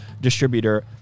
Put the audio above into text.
distributor